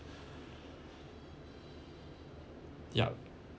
yup